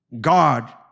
God